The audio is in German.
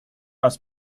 als